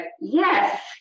yes